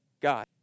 God